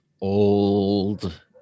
old